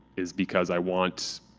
is because i want.